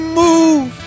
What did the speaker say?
move